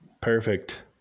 Perfect